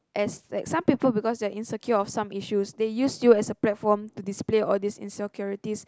as some people because they insecure of some issues they use you as a platform to display all these insecurities